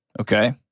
Okay